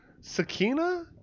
Sakina